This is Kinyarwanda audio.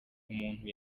umuntu